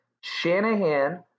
Shanahan